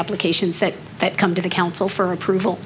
applications that that come to the council for approval